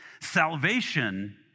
salvation